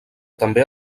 també